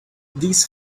these